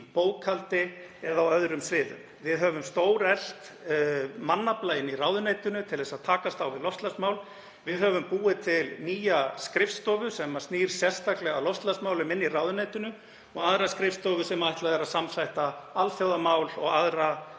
bókhaldi eða á öðrum sviðum. Við höfum stóreflt mannafla í ráðuneytinu til að takast á við loftslagsmál. Við höfum sett á fót nýja skrifstofu sem snýr sérstaklega að loftslagsmálum í ráðuneytinu og aðra skrifstofu sem ætlað er að samþætta alþjóðamál og